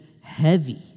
heavy